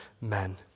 men